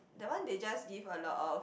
that one they just give a lot of